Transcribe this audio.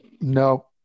No